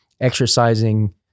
exercising